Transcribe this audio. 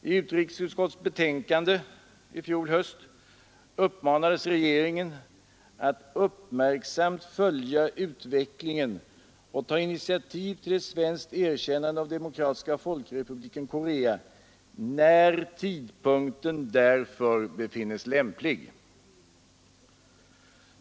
I utrikesutskottets betänkande i fjol höst uppmanades regeringen att ”uppmärksamt följa utvecklingen och ta initiativ till ett svenskt erkännande av Demokratiska folkrepubliken Korea när tidpunkten därför befinnes lämplig”.